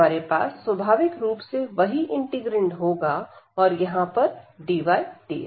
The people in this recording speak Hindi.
हमारे पास स्वभाविक रूप से वही इंटीग्रैंड होगा और यहां पर dy dx